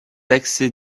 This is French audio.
accès